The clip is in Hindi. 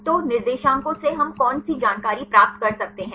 तो निर्देशांकों से हम कौन सी जानकारी प्राप्त कर सकते हैं